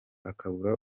akabura